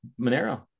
Monero